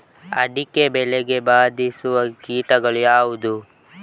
ಅಡಿಕೆ ಬೆಳೆಗೆ ಬಾಧಿಸುವ ಕೀಟಗಳು ಯಾವುವು?